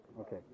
okay